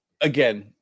again